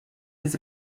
his